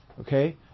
okay